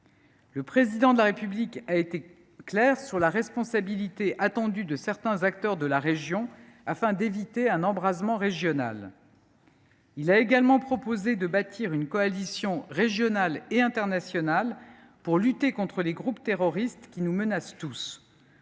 Le Président de la République a été clair sur la responsabilité attendue de certains acteurs de la région, afin d’éviter un embrasement régional. Il a également proposé de bâtir une coalition régionale et internationale pour lutter contre les groupes terroristes qui nous menacent tous.